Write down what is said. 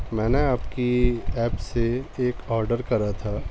میں نے آپ کی ایپ سے ایک آرڈر کرا تھا